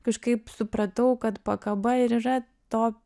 kažkaip supratau kad pakaba ir yra to